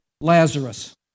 Lazarus